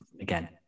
again